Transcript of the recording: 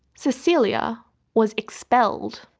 cecilia was expelled.